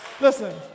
Listen